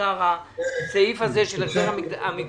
ובעיקר לסעיף הזה של החזר המקדמות.